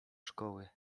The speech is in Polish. szkoły